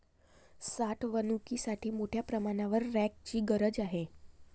साठवणुकीसाठी मोठ्या प्रमाणावर रॅकची गरज पडते